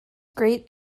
great